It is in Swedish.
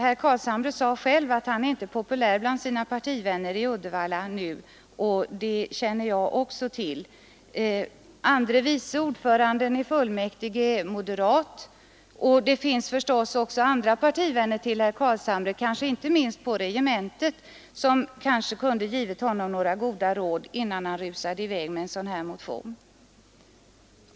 Herr Carlshamre sade själv att han inte är populär bland sina partivänner i Uddevalla nu, och det känner också jag till. Andre vice ordföranden i fullmäktige är moderat, och det finns givetvis även andra partivänner till herr Carlshamre — kanske inte minst på regementet — som kunde ha givit honom en del goda råd, så att han inte rusat i väg med en sådan motion.